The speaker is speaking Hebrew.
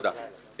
תודה.